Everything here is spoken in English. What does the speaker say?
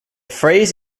phrase